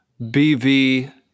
BV